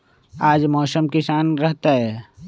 आज मौसम किसान रहतै?